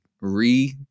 re